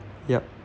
yup